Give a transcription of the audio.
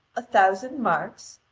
a thousand marks?